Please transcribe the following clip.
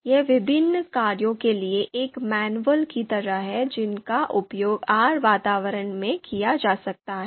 यह विभिन्न कार्यों के लिए एक मैनुअल की तरह है जिसका उपयोग R वातावरण में किया जा सकता है